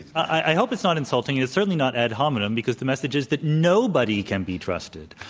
i hope it's not insulting. and it's certainly not ad hominem because the message is that nobody can be trusted.